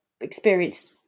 experienced